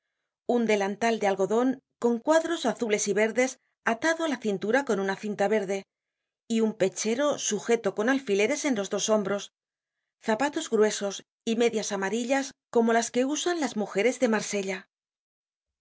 un delantal de algodon con cuadros azules y verdes atadoá la cintura con una cinta verde y un pechero sujeto con alfileres en los dos hombros zapatos gruesos y medias amarillas como las que usan las mujeres de marsella